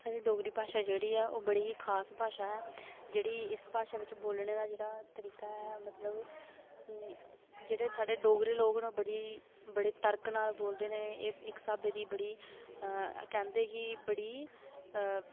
साढ़ी डोगरी भाशा जेह्ड़ी ऐ ओह् बड़ी खास भाशा ऐ जेह्ड़ी इस भाशा बिच बोलने दा जेह्ड़ा तरीका ऐ मतलब जेह्ड़े साढ़े डोगरी लोक न ओह् बड़ी बड़े तर्क नाल बोलदे नै एह् इक स्हाबै दी बड़ी घैंट ई बड़ी